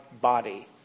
body